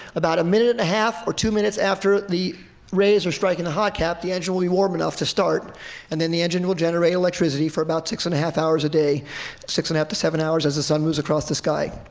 about a minute and a half or two minutes after the rays are striking the hot cap the engine will be warm enough to start and then the engine will generate electricity for about six and a half hours a day six and a half to seven hours as the sun moves across the sky.